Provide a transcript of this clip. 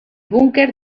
búnquer